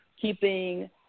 keeping